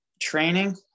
training